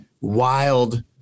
wild